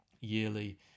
yearly